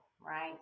right